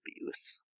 abuse